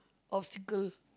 obstacle